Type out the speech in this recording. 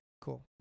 cool